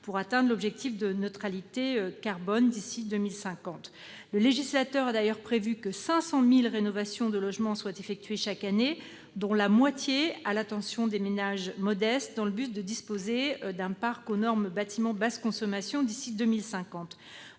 pour atteindre un objectif de neutralité carbone d'ici à 2050. Le législateur a d'ailleurs prévu que 500 000 rénovations de logements soient effectuées chaque année, dont la moitié à l'attention des ménages modestes, dans le but de disposer d'un parc aux normes « bâtiment basse consommation » d'ici à 2050.